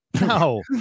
no